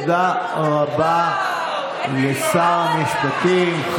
תודה רבה לשר המשפטים.